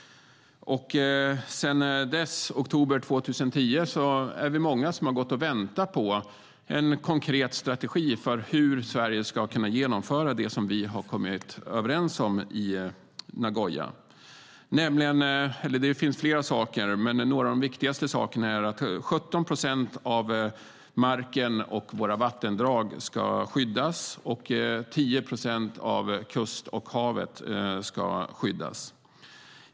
Sedan dess är vi många som har gått och väntat på en konkret strategi för hur Sverige ska kunna genomföra det som vi har kommit överens om i Nagoya. Det finns flera saker, men några av de viktigaste sakerna är att 17 procent av marken och våra vattendrag ska skyddas och att 10 procent av kust och hav ska skyddas.